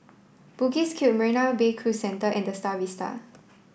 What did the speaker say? Bugis Cube Marina Bay Cru Centre and The Star Vista